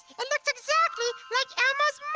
it looks exactly like elmo's